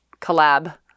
collab